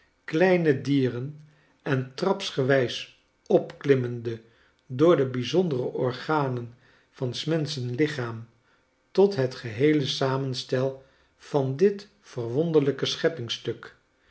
kleine dieren en trapsgewijs opklimmende door de brjzondere organen van'smenschen lichaam tot het geheele samenstel van dit verwonderlijke